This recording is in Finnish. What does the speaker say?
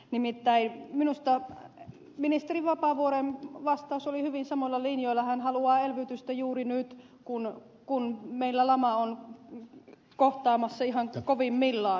nimittäin minusta ministeri vapaavuoren vastaus oli hyvin samoilla linjoilla hän haluaa elvytystä juuri nyt kun meillä lama on kohtaamassa ihan kovimmillaan